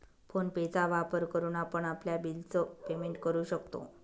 phone पे चा वापर करून आपण आपल्या बिल च पेमेंट करू शकतो